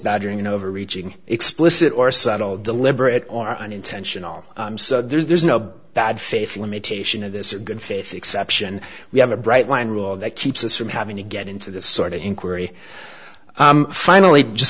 badgering an overreaching explicit or subtle deliberate or unintentional there's no bad faith limitation of this good faith exception we have a bright line rule that keeps us from having to get into this sort of inquiry finally just